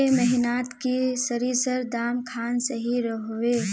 ए महीनात की सरिसर दाम खान सही रोहवे?